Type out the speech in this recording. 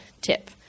tip